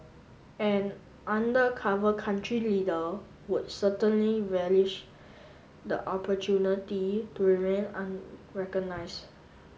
an undercover country leader would certainly relish the opportunity to remain unrecognised